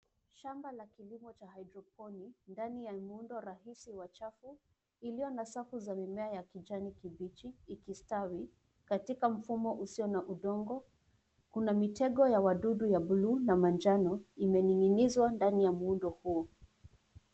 Shamba la kilimo cha haidroponi ndani ya muundo rahisi wa chafu iliyo na safu za mimea ya kijani kibichi ikistawi katika mfumo usio na udongo. Kuna mitego ya wadudu ya bluu na manjano imening'inizwa ndani ya muundo huo.